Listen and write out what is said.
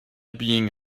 being